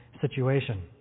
situation